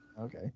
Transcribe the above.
Okay